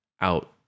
out